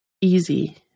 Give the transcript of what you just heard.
easy